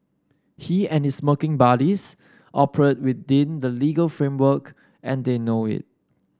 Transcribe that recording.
he and his smirking buddies operate within the legal framework and they know it